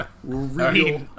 Real